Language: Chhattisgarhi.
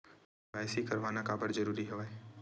के.वाई.सी करवाना काबर जरूरी हवय?